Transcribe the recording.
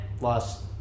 lost